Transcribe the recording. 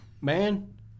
Man